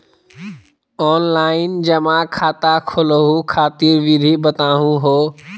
Online जमा खाता खोलहु खातिर विधि बताहु हो?